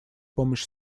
помощь